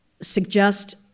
suggest